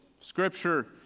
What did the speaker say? Scripture